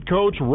Coach